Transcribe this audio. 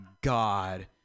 God